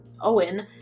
owen